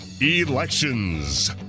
Elections